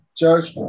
church